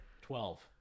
Twelve